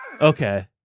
Okay